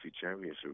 Championship